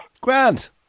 Grant